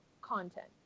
content